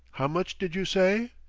how much did you say?